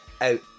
out